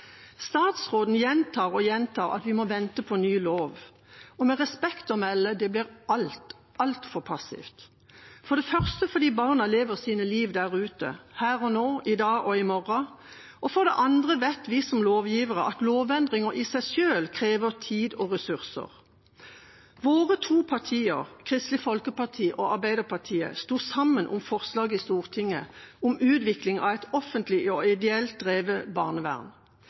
Statsråden gjentar og gjentar at vi må vente på ny lov. Med respekt å melde blir det altfor, altfor passivt – for det første fordi barna lever sitt liv der ute her og nå, i dag og i morgen, for det andre fordi vi som lovgivere vet at lovendringer i seg selv krever tid og ressurser. Våre to partier, Kristelig Folkeparti og Arbeiderpartiet, sto sammen om forslag i Stortinget om utvikling av et offentlig og ideelt drevet barnevern.